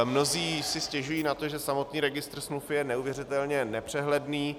Mnozí si stěžují na to, že samotný registr smluv je neuvěřitelně nepřehledný.